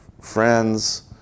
friends